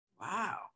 Wow